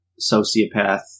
sociopath